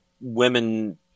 women